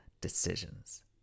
decisions